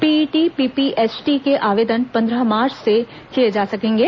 PET PPHT के आवेदन पंद्रह मार्च से किए जा सकेंगे